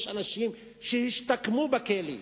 יש אנשים שהשתקמו בכלא,